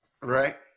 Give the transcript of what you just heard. Right